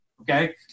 okay